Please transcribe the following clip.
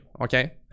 okay